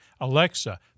Alexa